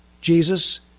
Jesus